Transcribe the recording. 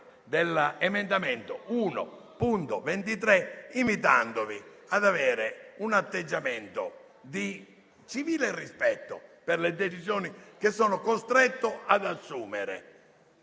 dell'emendamento 1.23, invitandovi ad avere un atteggiamento di civile rispetto per le decisioni che sono costretto ad assumere.